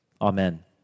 Amen